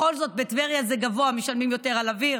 בכל זאת, בטבריה, זה גבוה, משלמים יותר על אוויר.